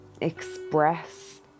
express